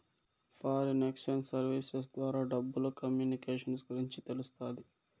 foreign exchange services ద్వారా డబ్బులు communications గురించి తెలుస్తాది